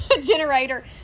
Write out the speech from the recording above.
generator